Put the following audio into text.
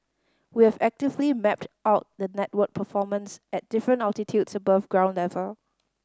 we have actively mapped out the network performance at different altitudes above ground level